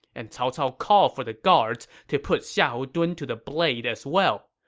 and cao cao called for the guards to put xiahou dun to the blade as well.